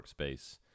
Workspace